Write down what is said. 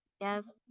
Yes